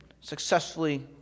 successfully